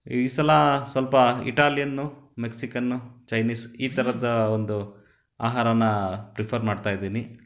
ಈ ಸಲ ಸ್ವಲ್ಪ ಇಟಾಲಿಯನ್ನು ಮೆಕ್ಸಿಕನ್ನು ಚೈನೀಸ್ ಈ ಥರದ ಒಂದು ಆಹಾರಾನ ಪ್ರಿಫರ್ ಮಾಡ್ತಾ ಇದ್ದೀನಿ